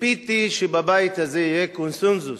ציפיתי שבבית הזה יהיה קונסנזוס